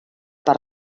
per